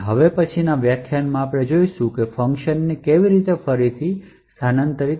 હવે પછીનાં વ્યાખ્યાનમાં આપણે જોઈશું કે ફંકશનને કેવી રીતે ફરીથી સ્થાનાંતરિત